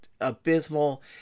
abysmal